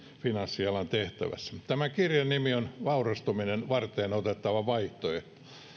finanssialan tehtävässä tämän kirjan nimi on vaurastuminen varteenotettava vaihtoehto